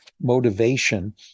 motivation